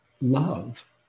love